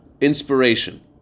inspiration